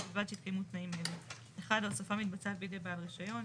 ובלבד שהתקיימו תנאים אלה: (1) ההוספה מתבצעת בידי בעל רשיון.